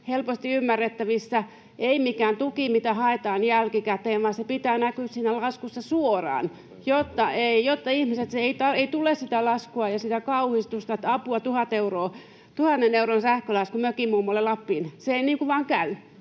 helposti ymmärrettävissä — ei mikään tuki, mitä haetaan jälkikäteen, vaan sen pitää näkyä siinä laskussa suoraan, jotta ihmisille ei tule sitä laskua ja sitä kauhistusta, että apua, tuhannen euron sähkölasku mökinmummolle Lappiin. Se ei vain käy, vaan sen